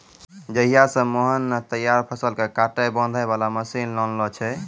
जहिया स मोहन नॅ तैयार फसल कॅ काटै बांधै वाला मशीन लानलो छै